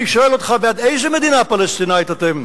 אני שואל אותך: בעד איזה מדינה פלסטינית אתם,